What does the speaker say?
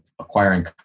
acquiring